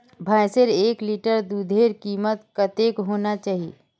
भैंसेर एक लीटर दूधेर कीमत कतेक होना चही?